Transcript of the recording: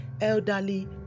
elderly